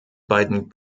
beiden